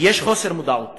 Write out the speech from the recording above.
עדיין יש חוסר מודעות